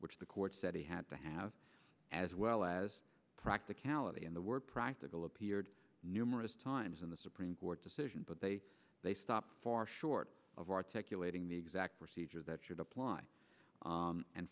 which the court said he had to have as well as practicality in the world practical appeared numerous times in the supreme court decision but they they stopped far short of articulating the exact procedure that should apply